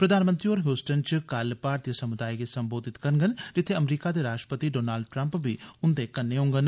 प्रधानमंत्री होर हयूस्टन इच कल भारतीय सम्दाय गी सम्बोधित करगन जिथे अमरीका दे राष्ट्रपति डोनाल्ड ट्रंप बी उंदे कन्नै होगन